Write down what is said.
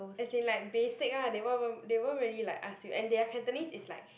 as in like basic lah they won't won't they won't really like ask you and their Cantonese is like